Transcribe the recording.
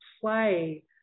play